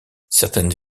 certaines